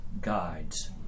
guides